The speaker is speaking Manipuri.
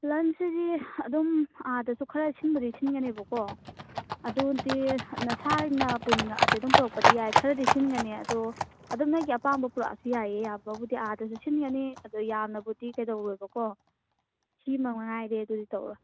ꯂꯟꯁꯁꯤꯗꯤ ꯑꯗꯨꯝ ꯑꯥꯗꯁꯨ ꯈꯔ ꯁꯤꯟꯕꯨꯗꯤ ꯁꯤꯟꯒꯅꯦꯕꯀꯣ ꯑꯗꯨꯗꯤ ꯅꯁꯥꯅ ꯄꯨꯅꯤꯡꯉꯛꯑꯗꯤ ꯑꯗꯨꯝ ꯄꯨꯔꯛꯄꯗꯤ ꯌꯥꯏ ꯈꯔꯗꯤ ꯁꯤꯟꯒꯅꯤ ꯑꯗꯣ ꯑꯗꯨꯝ ꯅꯣꯏꯒꯤ ꯑꯄꯥꯝꯕ ꯄꯨꯔꯛꯑꯁꯨ ꯌꯥꯏꯌꯦ ꯌꯥꯕꯕꯨꯗꯤ ꯑꯥꯗꯁꯨ ꯁꯤꯟꯒꯅꯤ ꯑꯗꯣ ꯌꯥꯝꯅꯕꯨꯗꯤ ꯀꯩꯗꯧꯔꯣꯏꯕꯀꯣ ꯁꯤꯃꯉꯥꯏꯔꯦ ꯑꯗꯨꯗꯤ ꯇꯧꯔꯣꯏ